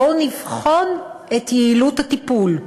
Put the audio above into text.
בואו נבחן את יעילות הטיפול.